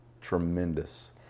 tremendous